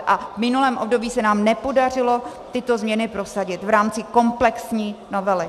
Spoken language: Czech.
A v minulém období se nám nepodařilo tyto změny prosadit v rámci komplexní novely.